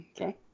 okay